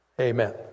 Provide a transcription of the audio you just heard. amen